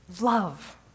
Love